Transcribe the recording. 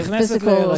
physical